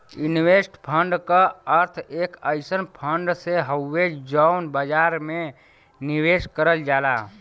investment fund क अर्थ एक अइसन फण्ड से हउवे जौन बाजार में निवेश करल जाला